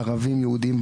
ערבים יהודים,